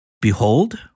Behold